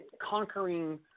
Conquering